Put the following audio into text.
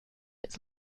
its